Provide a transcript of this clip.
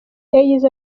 yagize